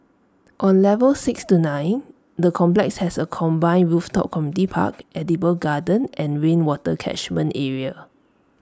on levels six to nine the complex has A combined rooftop park edible garden and rainwater catchment area